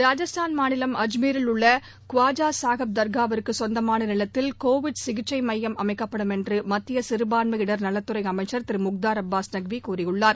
ராஜஸ்தான் மாநிலம் அஜ்மீரில் உள்ளகாஜா ஷாகிப் தர்காவிற்குசொந்தமானநிலத்தில் கோவிட் சிகிச்சைமையம் அமைக்கப்படும் என்றுமத்தியசிறபான்மையினர் நலத்துறைஅமைச்சர் திருமுக்தார் அபாஸ் நக்விகூறியுள்ளார்